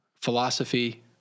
philosophy